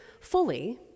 fully